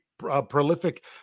prolific